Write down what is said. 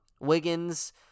Wiggins